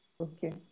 Okay